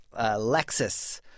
Lexus